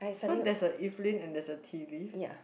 so that's a and that's a t_v